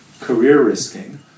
career-risking